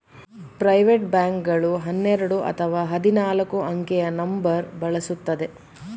private bank ಗಳು ಹನ್ನೆರಡು ಅಥವಾ ಹದಿನಾಲ್ಕು ಅಂಕೆಯ ನಂಬರ್ ಬಳಸುತ್ತದೆ